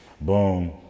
Boom